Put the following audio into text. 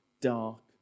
dark